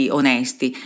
onesti